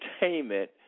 entertainment